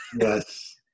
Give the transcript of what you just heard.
Yes